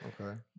Okay